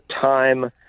time